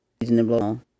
reasonable